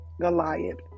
Goliath